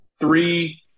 Three